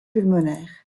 pulmonaires